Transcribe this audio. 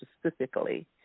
specifically